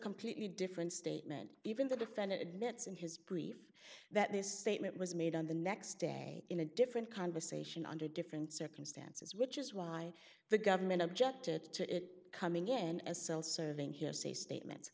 completely different statement even the defendant admits in his brief that this statement was made on the next day in a different conversation under different circumstances which is why the government objected to it coming in as self serving hearsay statements